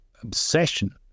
obsession